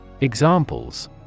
Examples